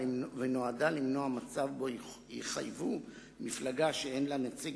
ונועדה למנוע מצב שבו יחייבו מפלגה שאין לה נציג